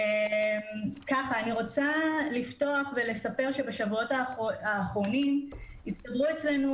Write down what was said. רוצה לפתוח ולספר שבשבועות האחרונים הצטברו אצלנו